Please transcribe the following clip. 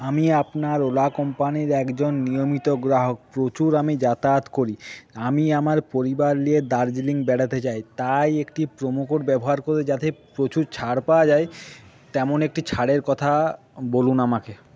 আমি আপনার ওলা কোম্পানির একজন নিয়মিত গ্রাহক প্রচুর আমি যাতায়াত করি আমি আমার পরিবার নিয়ে দার্জিলিং বেড়াতে যাই তাই একটি প্রোমোকোড ব্যবহার করে যাতে প্রচুর ছাড় পাওয়া যায় তেমন একটি ছাড়ের কথা বলুন আমাকে